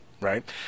Right